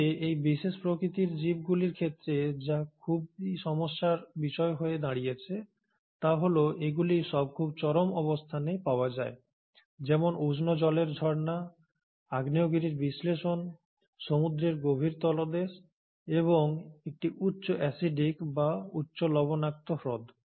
তবে এই বিশেষ প্রকৃতির জীবগুলির ক্ষেত্রে যা খুবই সমস্যার বিষয় হয়ে দাঁড়িয়েছে তা হল এগুলি সবই খুব চরম অবস্থানে পাওয়া যায় যেমন উষ্ণ জলের ঝর্ণা আগ্নেয়গিরির বিস্ফোরণ সমুদ্রের গভীর তলদেশ এবং একটি উচ্চ অ্যাসিডিক বা উচ্চ লবণাক্ত হ্রদ